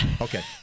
Okay